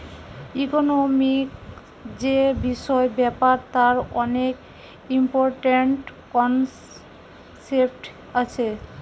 economic যে বিষয় ব্যাপার তার অনেক ইম্পরট্যান্ট কনসেপ্ট আছে